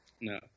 No